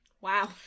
Wow